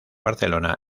barcelona